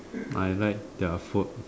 I like their food